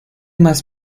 más